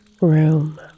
room